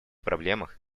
проблемах